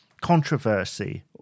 controversy